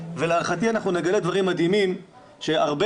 ולהערכתי נגלה דברים מדהימים שהרבה